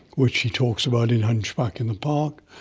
which he talks about in hunchback in the park.